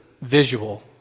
visual